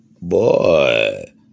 Boy